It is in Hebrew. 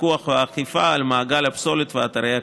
הפיקוח והאכיפה על מעגל הפסולת ואתרי הקצה.